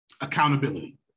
accountability